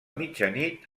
mitjanit